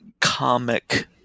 comic